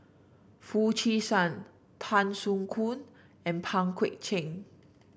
Foo Chee San Tan Soo Khoon and Pang Guek Cheng